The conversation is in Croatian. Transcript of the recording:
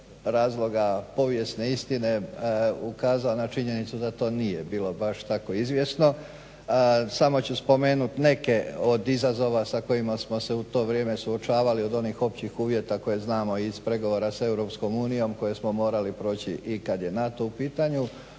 razloga povijesne istine ukazao na činjenicu da to nije bilo baš tako izvjesno. Samo ću spomenut neke od izazova sa kojima smo se u to vrijeme suočavali od onih općih uvjeta koje znamo iz pregovora s Europskom unijom koje smo morali proći i kad je NATO u pitanju,